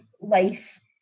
life